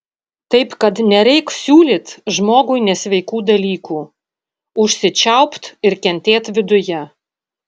taip kad nereik siūlyt žmogui nesveikų dalykų užsičiaupt ir kentėt viduje